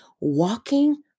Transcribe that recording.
walking